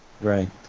Right